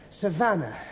Savannah